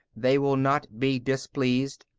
they will not be displeased.